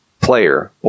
player